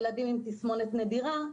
ילדים עם תסמונת נדירה,